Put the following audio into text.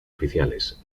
oficiales